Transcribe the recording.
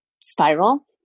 spiral